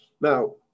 Now